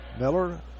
Miller